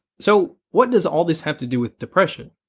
so what does all this have to do with depression?